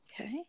okay